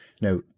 Now